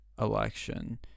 election